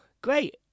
great